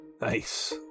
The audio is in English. Nice